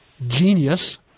genius